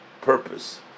purpose